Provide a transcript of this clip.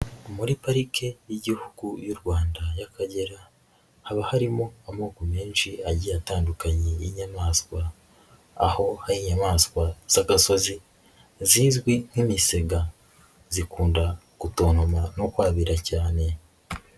Muri Parike y'Igihugu y'u Rwanda y'Akagera haba harimo amoko menshi agiye atandukanye n'inyamaswa, aho hari inyamaswa z'agasozi zizwi nk'imisega zikunda gutontoma no kwabira cyane.